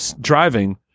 driving